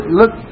look